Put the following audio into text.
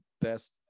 best